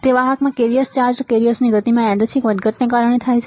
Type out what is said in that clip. તે વાહકમાં carrier charged કેરિયર્સની ગતિમાં યાદચ્છિક વધઘટને કારણે થાય છે